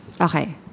Okay